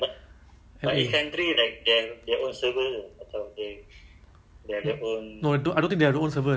I don't think so ah or maybe no china have china have but china and hong-kong have I think but